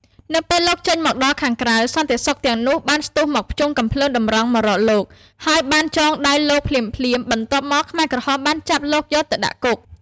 នៅពេលលោកចេញមកដល់ខាងក្រៅ សន្តិសុខទាំងនោះបានស្ទុះមកភ្ជង់កាំភ្លើងតម្រង់មករកលោក ហើយបានចងដៃលោកភ្លាមៗ បន្ទាប់មក ខ្មែរក្រហមបានចាប់លោកយកទៅដាក់គុក។